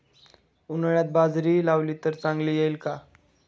उन्हाळ्यात बाजरी लावली तर चांगली येईल का?